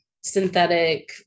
synthetic